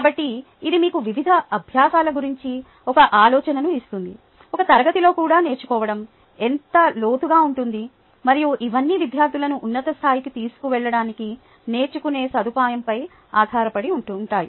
కాబట్టి ఇది మీకు విధమైన అభ్యాసాల గురించి ఒక ఆలోచనను ఇస్తుంది ఒక తరగతిలో కూడా నేర్చుకోవడం ఎంత లోతుగా ఉంటుంది మరియు ఇవన్నీ విద్యార్థులను ఉన్నత స్థాయికి తీసుకెళ్లడానికి నేర్చుకునే సదుపాయంపై ఆధారపడి ఉంటాయి